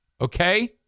Okay